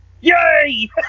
yay